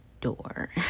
door